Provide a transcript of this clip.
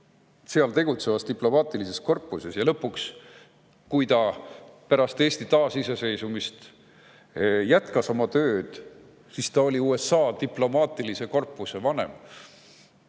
USA‑s tegutsevas diplomaatilises korpuses. Lõpuks, kui ta pärast Eesti taasiseseisvumist jätkas oma tööd, siis oli ta USA diplomaatilise korpuse vanem.